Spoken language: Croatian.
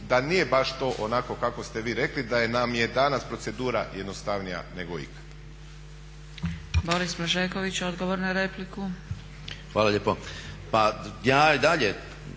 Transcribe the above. da nije baš to onako kako ste vi rekli da nam je danas procedura jednostavnija nego ikad.